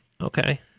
Okay